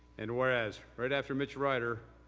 and whereas, right after mitch rider,